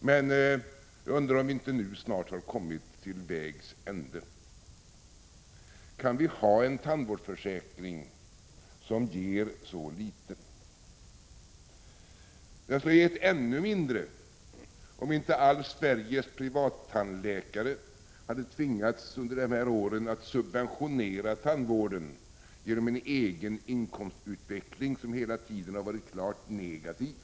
Men jag undrar om vi inte snart har kommit till vägs ände. Kan vi ha en tandvårdsförsäkring som ger så litet? Den skulle ha gett ännu mindre om inte Sveriges privattandläkare under de här åren hade tvingats att subventionera tandvården genom en egen inkomstutveckling som hela tiden har varit klart negativ.